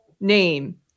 name